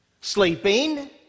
sleeping